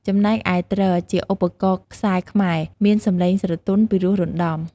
ចំណែកឯ ទ្រ ជា ឧបករណ៍ខ្សែខ្មែរមានសំឡេងស្រទន់ ពីរោះរណ្តំ។